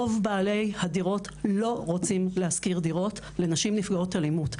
רוב בעלי הדירות לא רוצים להשכיר דירות לנשים נפגעות אלימות.